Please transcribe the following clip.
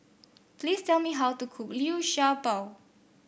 please tell me how to cook Liu Sha Bao